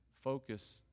focus